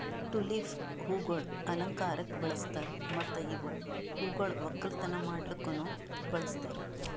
tulip ಹೂವುಗೊಳ್ ಅಲಂಕಾರಕ್ ಬಳಸ್ತಾರ್ ಮತ್ತ ಇವು ಹೂಗೊಳ್ ಒಕ್ಕಲತನ ಮಾಡ್ಲುಕನು ಬಳಸ್ತಾರ್